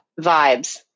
vibes